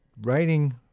writing